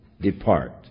depart